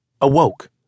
awoke